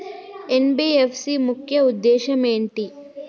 NBFC ముఖ్య ఉద్దేశం ఏంటి?